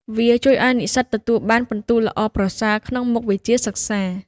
វាជួយឱ្យនិស្សិតទទួលបានពិន្ទុល្អប្រសើរក្នុងមុខវិជ្ជាសិក្សា។